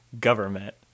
government